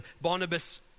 Barnabas